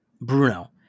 Bruno